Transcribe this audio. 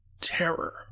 terror